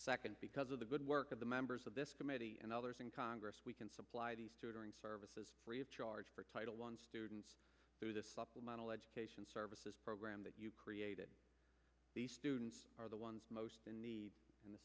second because of the good work of the members of this committee and others in congress we can supply these tutoring services free of charge for title one students through the supplemental education services program that you created the students are the ones most in need in the